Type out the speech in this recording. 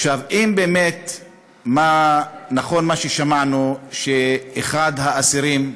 עכשיו, אם באמת נכון מה ששמענו, שאחד האסירים,